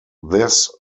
this